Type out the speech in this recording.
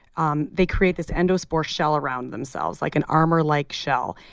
um they create this endo spores shell around themselves like an armor like shell.